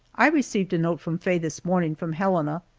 i received a note from faye this morning from helena.